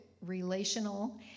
relational